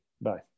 Bye